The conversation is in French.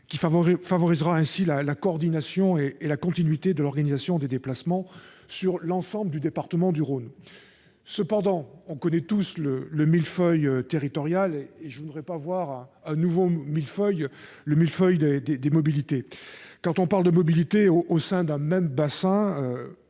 Cela favorisera la coordination et la continuité de l'organisation des déplacements sur l'ensemble du département du Rhône. On connaît tous le millefeuille territorial, et je ne voudrais pas voir apparaître un nouveau millefeuille des mobilités. Quand on parle de mobilité au sein d'un même bassin,